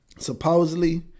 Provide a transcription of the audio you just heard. supposedly